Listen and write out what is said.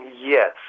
Yes